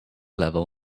level